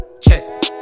Check